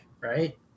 right